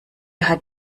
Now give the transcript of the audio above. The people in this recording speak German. hat